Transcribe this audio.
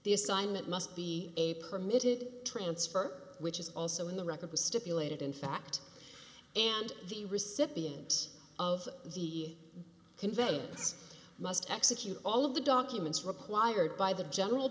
the assignment must be a permitted transfer which is also in the record was stipulated in fact and the recipient of the conveyed must execute all of the documents required by the general